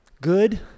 Good